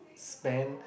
spend